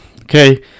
Okay